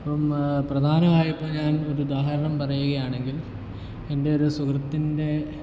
അപ്പം പ്രധാനമായിട്ട് ഞാൻ ഒരുദാഹരണം പറയുകയാണെങ്കിൽ എൻറ്റൊരു സുഹൃത്തിൻ്റെ